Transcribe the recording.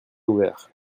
ouvert